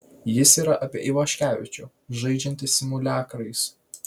jis yra apie ivaškevičių žaidžiantį simuliakrais